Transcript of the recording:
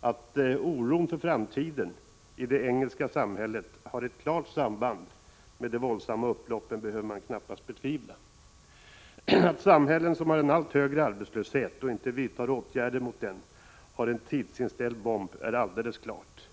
Att oron för framtiden i det engelska samhället har ett klart samband med de våldsamma upploppen behöver man knappast betvivla. Att samhällen som har en allt högre arbetslöshet och inte vidtar åtgärder mot den har en tidsinställd bomb är alldeles klart.